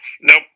Nope